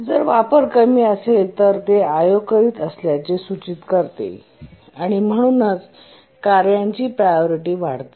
जर वापर कमी असेल तर ते I O करीत असल्याचे सूचित करते आणि म्हणूनच कार्याची प्रायोरिटी वाढते